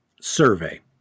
survey